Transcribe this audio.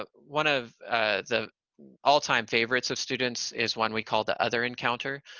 ah one of the all-time favorites of students is one we call the other encounter.